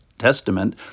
Testament